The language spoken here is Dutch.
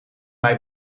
mij